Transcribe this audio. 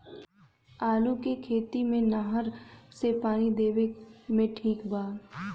आलू के खेती मे नहर से पानी देवे मे ठीक बा?